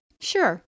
Sure